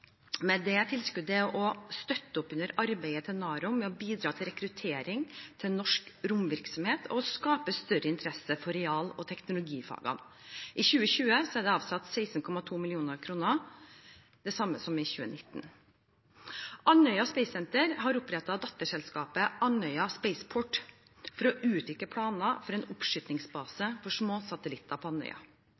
med det tilskuddet er å støtte opp under arbeidet til NAROM med å bidra til rekruttering til norsk romvirksomhet og skape større interesse for real- og teknologifagene. I 2020 er det avsatt 16,2 mill. kr, det samme som i 2019. Andøya Space Center har opprettet datterselskapet Andøya Spaceport for å utvikle planer for en oppskytingsbase for små satellitter på Andøya.